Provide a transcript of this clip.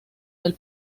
del